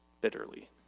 bitterly